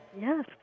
Yes